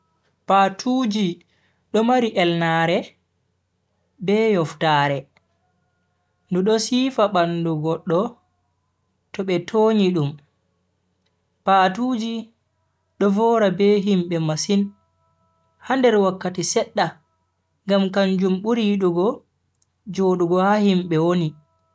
Patuuji do mari elnaare, be yoftaare, ndu do siifa bandu goddo to be tonyi dum. patuuji do vowra be himbe masin ha nder wakkati sedda ngam kanjum buri yidugo jodugo ha himbe woni.